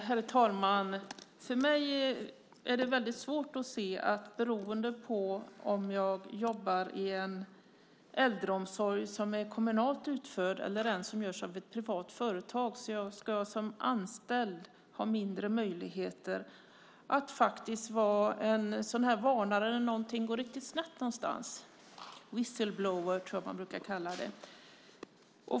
Herr talman! Jag har svårt att se att jag som anställd beroende på om jag jobbar i en äldreomsorg som är kommunalt utförd eller i en som görs av ett privat företag ska ha mindre möjligheter att vara en varnare när något går riktigt snett någonstans. Whistleblower tror jag att man brukar kalla det.